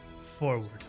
forward